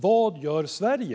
Vad gör Sverige?